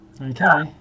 Okay